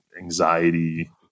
anxiety